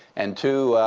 and two,